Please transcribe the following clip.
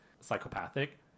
psychopathic